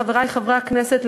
חברי חברי הכנסת,